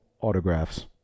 autographs